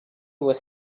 were